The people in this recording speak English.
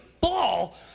ball